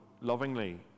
lovingly